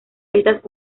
estas